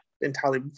entirely